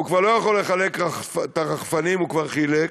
הוא כבר לא יכול לחלק את הרחפנים, הוא כבר חילק,